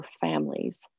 families